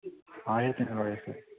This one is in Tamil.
ஆயிரத்தி ஐந்நூறுபாயா சார்